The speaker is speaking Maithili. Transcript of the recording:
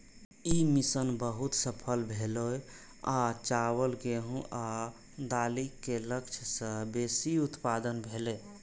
ई मिशन बहुत सफल भेलै आ चावल, गेहूं आ दालि के लक्ष्य सं बेसी उत्पादन भेलै